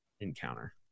encounter